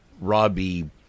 Robbie